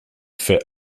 fait